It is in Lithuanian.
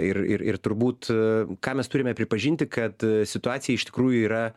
ir ir ir turbūt a ką mes turime pripažinti kad situacija iš tikrųjų yra